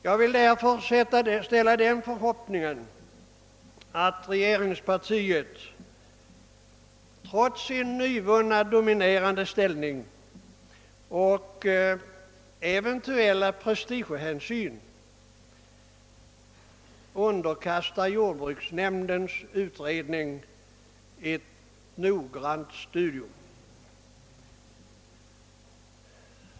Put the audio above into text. Jag vill därför uttala den förhoppningen, att regeringspartiet trots sin nu vunna dominerande ställning och trots eventuella prestigehänsyn underkastar jordbruksnämndens utredning ett noggrant studium.